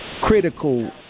critical